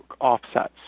offsets